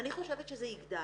אני חושבת שזה יגדל.